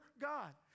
God